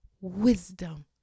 Wisdom